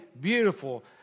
beautiful